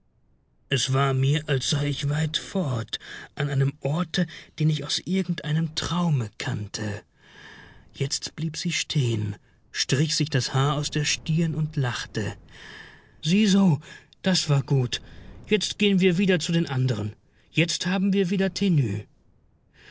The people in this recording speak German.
es war mir als sei ich weit fort an einem orte den ich aus irgendeinem traume kannte jetzt blieb sie stehen strich sich das haar aus der stirn und lachte sieh so das war gut jetzt gehen wir wieder zu den anderen jetzt haben wir wieder tenue